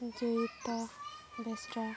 ᱡᱚᱭᱛᱟ ᱵᱮᱥᱨᱟ